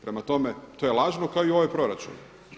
Prema tome, to je lažno kao i ovaj proračun.